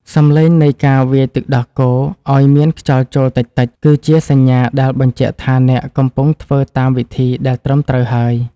សម្លេងនៃការវាយទឹកដោះគោឱ្យមានខ្យល់ចូលតិចៗ គឺជាសញ្ញាដែលបញ្ជាក់ថាអ្នកកំពុងធ្វើតាមវិធីដែលត្រឹមត្រូវហើយ។